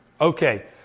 Okay